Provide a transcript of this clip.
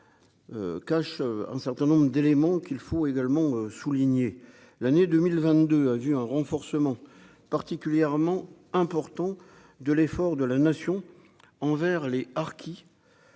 cache un certain nombre d'éléments qu'il faut également souligner l'année 2022 a vu un renforcement particulièrement important de l'effort de la nation envers les harkis